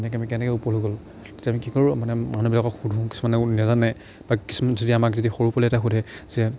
এনেকৈ আমি কেনেকৈ ওপৰলৈ গ'ল তেতিয়া আমি কি কৰোঁ মানে মানুহবিলাকক সোধোঁ কিছুমানে নোজানে বা কিছুমান যদি আমাক যদি সৰু পোৱালি এটাই সোধে যে